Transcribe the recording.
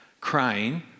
crying